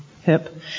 hip